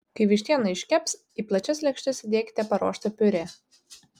kai vištiena iškeps į plačias lėkštes įdėkite paruoštą piurė